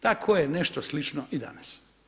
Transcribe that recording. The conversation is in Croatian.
Tako je nešto slično i danas.